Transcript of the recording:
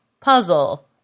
puzzle